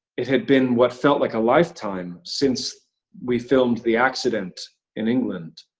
it had been what felt like a lifetime since we filmed the accident in england.